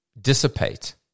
dissipate